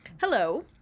Hello